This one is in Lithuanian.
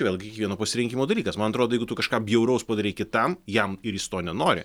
vėlgi kiekvieno pasirinkimo dalykas man atrodo tu kažką bjauraus padarei kitam jam ir jis to nenori